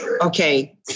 okay